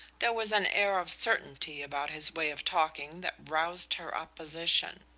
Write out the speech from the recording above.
there was an air of certainty about his way of talking that roused her opposition.